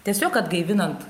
tiesiog atgaivinant